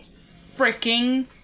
freaking